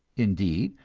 indeed,